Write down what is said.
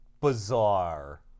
bizarre